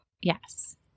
Yes